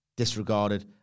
Disregarded